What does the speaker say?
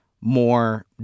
more